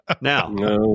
Now